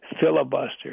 filibuster